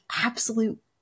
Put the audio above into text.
absolute